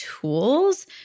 tools